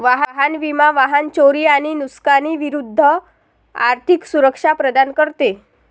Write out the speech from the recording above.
वाहन विमा वाहन चोरी आणि नुकसानी विरूद्ध आर्थिक सुरक्षा प्रदान करते